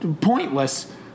pointless